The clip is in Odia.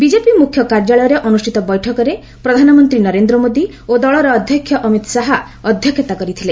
ବିଜେପି ମୁଖ୍ୟ କାର୍ଯ୍ୟାଳୟରେ ଅନୁଷ୍ଠିତ ବୈଠକରେ ପ୍ରଧାନମନ୍ତ୍ରୀ ନରେନ୍ଦ୍ର ମୋଦି ଓ ଦଳର ଅଧ୍ୟକ୍ଷ ଅମିତ ଶାହା ଅଧ୍ୟକ୍ଷତା କରିଥିଲେ